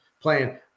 playing –